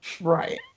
right